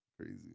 Crazy